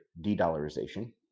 de-dollarization